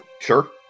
Sure